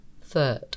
Third